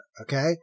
okay